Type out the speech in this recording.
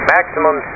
Maximum